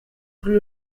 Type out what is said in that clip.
rue